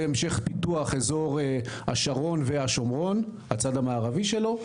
להמשך פיתוח אזור השרון והצד המערבי של השומרון.